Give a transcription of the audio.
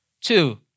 Two